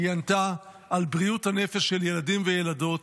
היא ענתה: על בריאות הנפש של ילדים וילדות